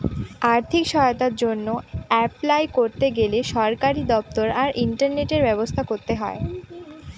আর্থিক সহায়তার জন্য অ্যাপলাই করতে গেলে সরকারি দপ্তর আর ইন্টারনেটের ব্যবস্থা করতে হয়